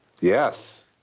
Yes